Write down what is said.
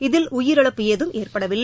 இதில் உயிரிழப்பு ஏதும் ஏற்படவில்லை